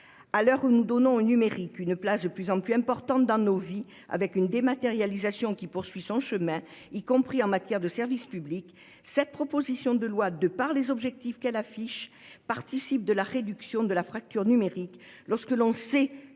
À l'heure où nous donnons au numérique une place de plus en plus importante dans nos vies, où la dématérialisation poursuit son chemin, y compris en matière de services publics, cette proposition de loi, grâce aux objectifs qu'elle affiche, participe de la réduction de la fracture numérique, alors que l'on sait que 13 millions de nos